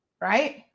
right